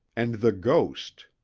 and the ghost,